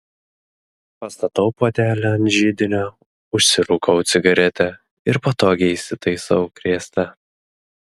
pastatau puodelį ant židinio užsirūkau cigaretę ir patogiai įsitaisau krėsle